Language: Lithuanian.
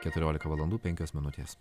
keturiolika valandų penkios minutės